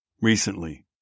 recently